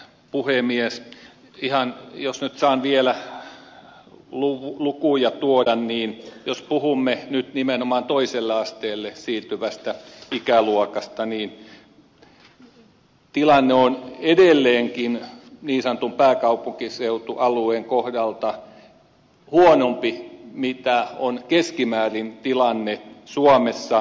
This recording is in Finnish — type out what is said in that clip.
jos nyt saan vielä ihan lukuja tuoda niin jos puhumme nyt nimenomaan toiselle asteelle siirtyvästä ikäluokasta niin tilanne on edelleenkin niin sanotun pääkaupunkiseutualueen kohdalta huonompi kuin on keskimäärin tilanne suomessa